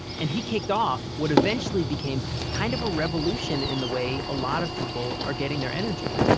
and he kicked off what eventually became kind of a revolution in the way a lot of people are getting their energy.